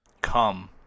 Come